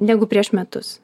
negu prieš metus